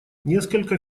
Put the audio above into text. несколько